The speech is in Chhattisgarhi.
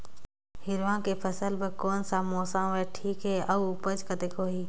हिरवा के फसल बर कोन सा मौसम हवे ठीक हे अउर ऊपज कतेक होही?